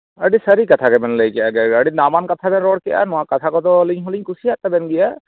ᱟᱹᱰᱤ ᱥᱟᱹᱨᱤ ᱠᱟᱛᱷᱟ ᱜᱮᱵᱮᱱ ᱞᱟᱹᱭ ᱠᱟᱫᱟ ᱟᱹᱰᱤ ᱫᱟᱢᱟᱱ ᱠᱟᱛᱷᱟ ᱵᱮᱱ ᱨᱚᱲ ᱠᱮᱫᱼᱟ ᱱᱚᱣᱟ ᱠᱟᱛᱷᱟ ᱠᱚᱫᱚ ᱟᱹᱞᱤᱧ ᱦᱚᱞᱤᱧ ᱠᱩᱥᱤᱭᱟᱜ ᱛᱟᱵᱮᱱ ᱜᱮᱭᱟ